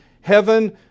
heaven